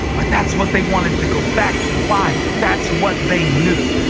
but that's what they wanted to go back to. why? that's what they knew.